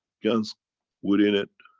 gans within it,